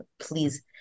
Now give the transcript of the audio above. please